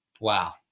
Wow